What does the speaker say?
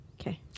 Okay